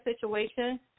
situation